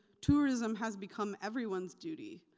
tourism has become everyone's duty.